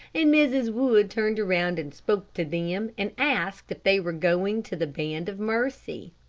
and mrs. wood turned around and spoke to them, and asked if they were going to the band of mercy.